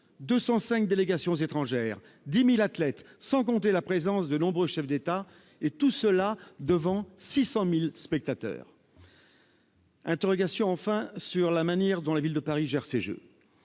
205 délégations étrangères et 10 000 athlètes, à quoi s'ajoute la présence de nombreux chefs d'État, et tout cela devant 600 000 spectateurs. Les interrogations s'accumulent, enfin, sur la manière dont la Ville de Paris gère ces jeux.